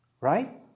Right